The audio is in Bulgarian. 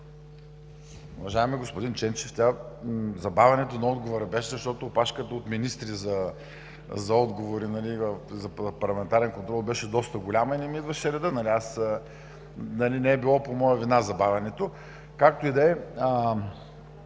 Уважаеми господин Ченчев, забавянето на отговора беше, защото опашката от министри за отговори за парламентарен контрол беше доста голяма и не ми идваше редът. Забавянето не е било по моя вина. Както и да е.